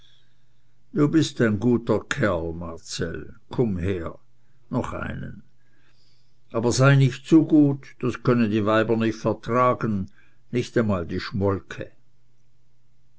onkel bist ein guter kerl marcell komm her noch einen aber sei nicht zu gut das können die weiber nicht vertragen nicht einmal die schmolke